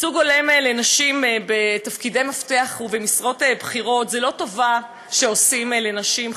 ייצוג הולם לנשים בתפקידי מפתח ובמשרות בכירות זו לא טובה שעושים לנשים,